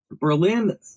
Berlin